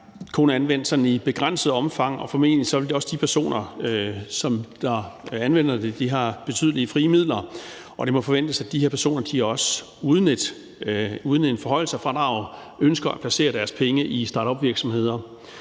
kun anvendt sådan i begrænset omfang, og formentlig vil de personer, der anvender det, have betydelige frie midler, og det må forventes, at de her personer også uden en forhøjelse af fradraget ønsker at placere deres penge i startupvirksomheder,